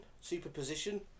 Superposition